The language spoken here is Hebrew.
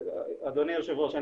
אדוני היושב ראש,